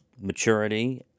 maturity